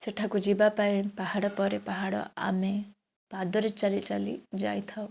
ସେଠାକୁ ଯିବାପାଇଁ ପାହାଡ଼ ପରେ ପାହାଡ଼ ଆମେ ପାଦରେ ଚାଲି ଚାଲି ଯାଇଥାଉ